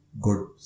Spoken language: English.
good